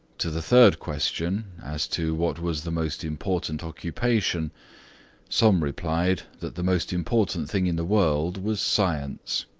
to the third question, as to what was the most important occupation some replied that the most important thing in the world was science.